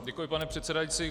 Děkuji, pane předsedající.